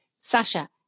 Sasha